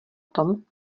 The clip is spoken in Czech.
tom